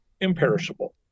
imperishable